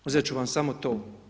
Uzet ću vam samo to.